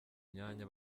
myanya